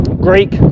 Greek